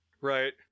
Right